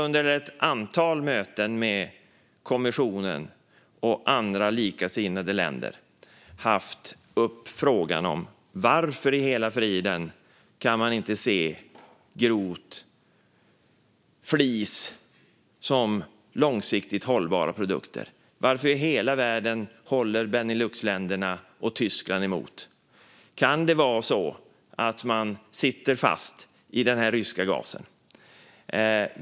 Under ett antal möten med kommissionen och andra likasinnade länder har frågan om varför man inte kan se grovt flis som långsiktigt hållbara produkter tagits upp. Varför i hela världen håller Beneluxländerna och Tyskland emot? Kan det vara så att man sitter fast i den ryska gasen?